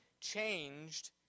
changed